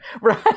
right